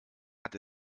hat